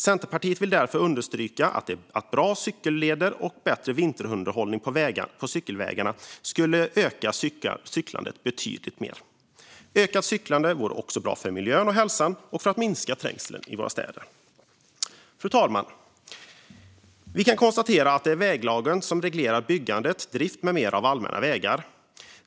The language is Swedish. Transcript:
Centerpartiet vill därför understryka att bra cykelleder och bättre vinterunderhåll på cykelvägarna skulle öka cyklandet betydligt. Ett ökat cyklande vore också bra för miljön och hälsan och för att minska trängseln i våra städer. Fru talman! Vi kan konstatera att det är väglagen som reglerar byggande, drift med mera av allmänna vägar.